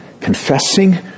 confessing